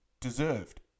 deserved